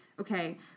okay